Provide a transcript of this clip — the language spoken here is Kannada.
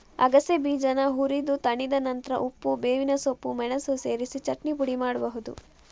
ಅಗಸೆ ಬೀಜಾನ ಹುರಿದು ತಣಿದ ನಂತ್ರ ಉಪ್ಪು, ಬೇವಿನ ಸೊಪ್ಪು, ಮೆಣಸು ಸೇರಿಸಿ ಚಟ್ನಿ ಪುಡಿ ಮಾಡ್ಬಹುದು